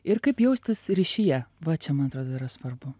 ir kaip jaustis ryšyje va čia man atrodo yra svarbu